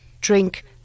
drink